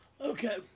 Okay